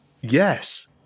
Yes